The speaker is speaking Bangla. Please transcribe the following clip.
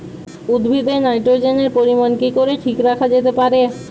উদ্ভিদে নাইট্রোজেনের পরিমাণ কি করে ঠিক রাখা যেতে পারে?